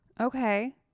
Okay